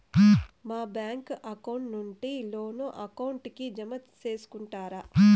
మా bank account నుండి loan account కి జామ సేసుకుంటారా?